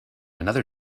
another